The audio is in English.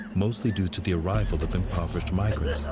mostly due to the arrival of impoverished migrants. ah